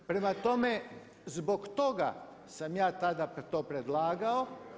Prema tome, zbog toga sam ja tada to predlagao.